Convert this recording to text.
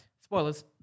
spoilers